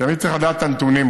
תמיד צריך לדעת את הנתונים.